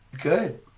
good